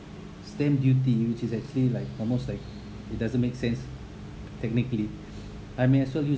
stamp duty which is actually like almost like it doesn't make sense technically I may as well use